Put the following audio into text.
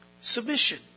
Submission